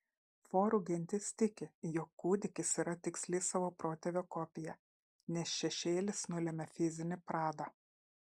forų gentis tiki jog kūdikis yra tiksli savo protėvio kopija nes šešėlis nulemia fizinį pradą